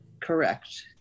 Correct